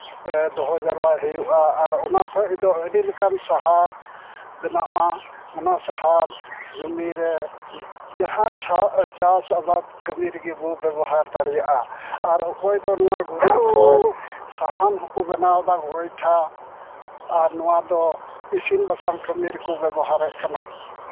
ᱫᱚᱦᱚ ᱡᱟᱣᱨᱟ ᱦᱩᱭᱩᱜᱼᱟ ᱟᱨ ᱚᱱᱟ ᱠᱷᱚᱡ ᱫᱚ ᱟᱹᱰᱤ ᱞᱮᱠᱟᱱ ᱥᱟᱦᱟᱨ ᱵᱮᱱᱟᱜᱼᱟ ᱚᱱᱟ ᱥᱟᱦᱟᱨ ᱡᱚᱢᱤᱨᱮ ᱡᱟᱦᱟᱱ ᱪᱟᱥ ᱟᱵᱟᱫ ᱠᱟᱹᱢᱤ ᱨᱮᱜᱮ ᱵᱚᱱ ᱵᱵᱚᱦᱟᱨ ᱫᱟᱲᱮᱭᱟᱜᱼᱟ ᱟᱨ ᱚᱠᱚᱭ ᱫᱚ ᱱᱚᱣᱟ ᱜᱩᱨᱤᱡ ᱠᱷᱚᱡ ᱥᱟᱦᱟᱱ ᱦᱚᱸᱠᱚ ᱵᱮᱱᱟᱣᱫᱟ ᱜᱚᱭᱴᱷᱟ ᱟᱨ ᱱᱚᱣᱟ ᱫᱚ ᱤᱥᱤᱱ ᱵᱟᱥᱟᱝ ᱠᱟᱹᱢᱤᱨᱮ ᱠᱚ ᱵᱮᱵᱚᱦᱟᱨᱮᱜ ᱠᱟᱱᱟ